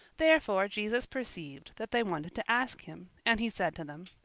therefore jesus perceived that they wanted to ask him, and he said to them,